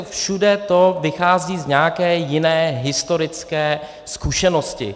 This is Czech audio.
všude to vychází z nějaké jiné historické zkušenosti.